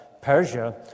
Persia